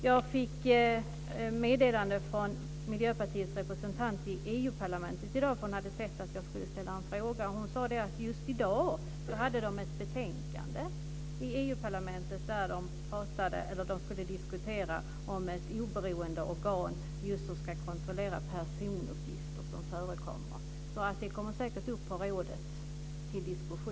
Jag fick ett meddelande från Miljöpartiets representant i EU-parlamentet i dag. Hon hade sett att jag skulle ställa en fråga. Hon sade att det i dag var ett betänkande om ett oberoende organ som ska kontrollera personuppgifter som skulle diskuteras i EU parlamentet. De frågan kommer säkert upp till diskussion i rådet.